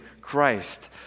Christ